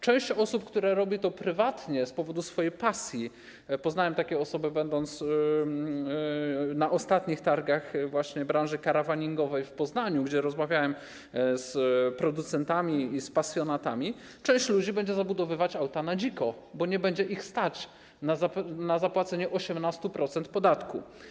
Część osób, które robią to prywatnie z powodu swojej pasji - poznałem takie osoby, będąc na ostatnich targach branży karawaningowej w Poznaniu, gdzie rozmawiałem z producentami i z pasjonatami - będzie zabudowywać auta na dziko, bo nie będzie ich stać na zapłacenie 18% podatku.